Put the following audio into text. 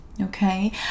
okay